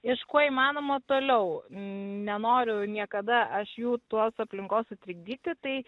iš kuo įmanoma toliau nenoriu niekada aš jų tos aplinkos sutrikdyti tai